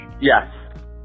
Yes